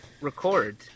Record